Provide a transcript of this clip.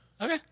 Okay